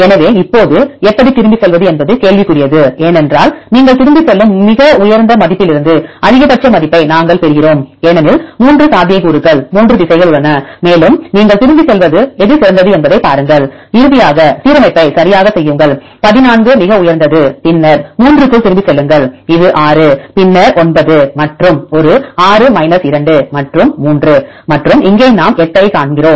எனவே இப்போது எப்படி திரும்பிச் செல்வது என்பது கேள்விக்குரியது ஏனென்றால் நீங்கள் திரும்பிச் செல்லும் மிக உயர்ந்த மதிப்பிலிருந்து அதிகபட்ச மதிப்பை நாங்கள் பெறுகிறோம் ஏனெனில் 3 சாத்தியக்கூறுகள் 3 திசைகள் உள்ளன மேலும் நீங்கள் திரும்பிச் செல்வது எது சிறந்தது என்பதைப் பாருங்கள் இறுதியாக சீரமைப்பை சரியாகச் செய்யுங்கள் 14 மிக உயர்ந்தது பின்னர் 3 க்குள் திரும்பிச் செல்லுங்கள் இது 6 பின்னர் இந்த 9 மற்றும் ஒரு 6 2 மற்றும் 3 மற்றும் இங்கே நாம் 8 ஐக் காண்கிறோம்